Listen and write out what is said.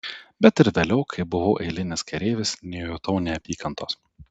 bet ir vėliau kai buvau eilinis kareivis nejutau neapykantos